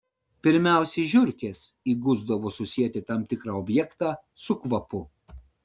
pirmiausiai žiurkės įgusdavo susieti tam tikrą objektą su kvapu